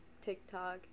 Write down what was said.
TikTok